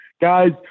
Guys